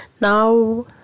now